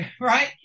right